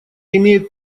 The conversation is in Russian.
имеет